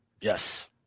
yes